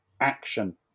action